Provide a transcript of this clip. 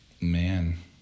man